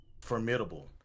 formidable